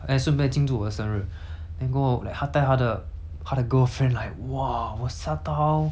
她的 girlfriend 来 !wah! 我吓到 like like !wah! 哪里可能